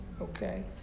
okay